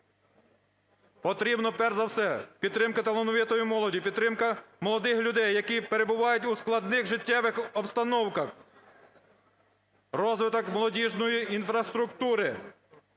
Потрібно, перш за все, підтримка талановитої молоді, підтримка молодих людей, які перебувають у складних життєвих обстановках, розвиток молодіжної інфраструктури,